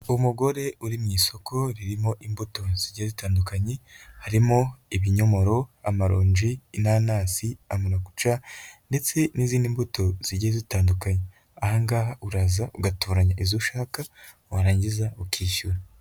Umugore uri mu isoko ririmo imbuto zijya zitandukanye, harimo ibinyomoro, amaronji, inanasi, amarakuca ndetse n'izindi mbuto zigiye zitandukanye, ahangaha uraza ugatoranya izo ushaka warangiza ukishyura.